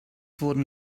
wurden